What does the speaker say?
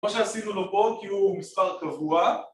מה שעשינו לו פה כי הוא מספר קבוע